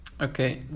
Okay